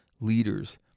leaders